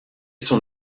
son